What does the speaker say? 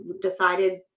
decided